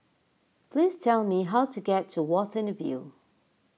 please tell me how to get to Watten View